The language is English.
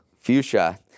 Fuchsia